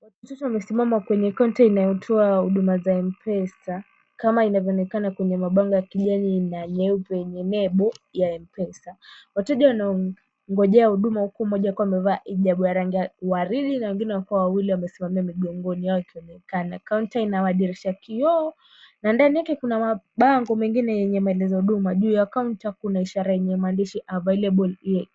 Watu watatu wamesimama kwenye kaunta inayotoa huduma za M-Pesa kama inavyoonekana kwenye mabango ya kijani na nyeupe yenye lebo ya M-Pesa. Wateja wanangojea huduma huku mmoja akiwa amevaa hijabu ya rangi ya waridi na wengine wakiwa wawili wamesimamia migongoni yao ikionekana. Kaunta ina madirisha ya kioo na ndani yake kuna mabango mengine yenye maelezo huduma. Juu ya kaunta kuna ishara yenye maandishi available here